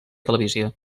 televisió